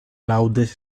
laude